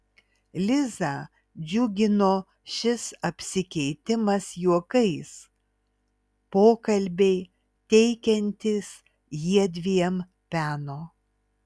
lizą džiugino šis apsikeitimas juokais pokalbiai teikiantys jiedviem peno